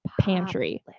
pantry